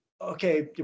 Okay